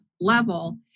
level